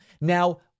Now